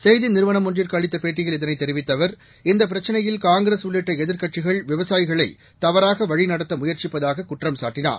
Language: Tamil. செய்தி நிறுவனம் ஒன்றுக்கு அளித்த பேட்டியில் இதனைத் தெரிவித்த அவர் இந்த பிரச்சினையில் காங்கிரஸ் உள்ளிட்ட எதிர்க்கட்சிகள் விவசாயிகளை தவறாக வழிநடத்த முயற்சிப்பதாக குற்றம்சாட்டினார்